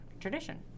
tradition